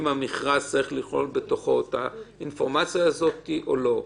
אם המכרז צריך לכלול בתוכו את האינפורמציה הזאת או לא.